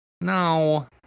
No